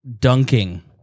dunking